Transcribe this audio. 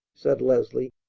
said leslie.